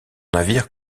navire